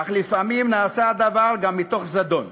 אך לפעמים נעשה הדבר גם מתוך זדון,